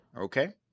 okay